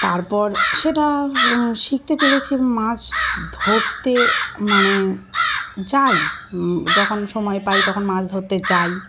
তারপর সেটা শিখতে পেরেছি মাছ ধরতে মানে যাই যখন সময় পাই তখন মাছ ধরতে যাই